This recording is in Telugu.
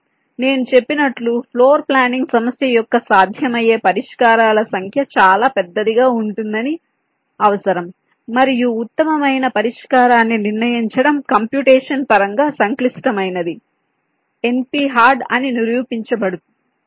కాబట్టి నేను చెప్పినట్లు ఫ్లోర్ ప్లానింగ్ సమస్య యొక్క సాధ్యమయ్యే పరిష్కారాల సంఖ్య చాలా పెద్దదిగా ఉంటుందని అవసరం మరియు ఉత్తమమైన పరిష్కారాన్ని నిర్ణయించడం కంప్యూటేషన్ పరంగా సంక్లిష్టమైనది NP హార్డ్ అని నిరూపించబడింది